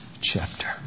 chapter